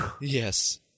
Yes